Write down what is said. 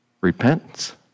Repentance